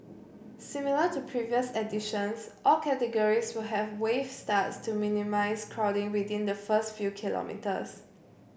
similar to previous editions all categories will have wave starts to minimise crowding within the first few kilometres